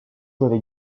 joué